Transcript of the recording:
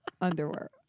underwear